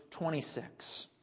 26